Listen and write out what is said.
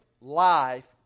life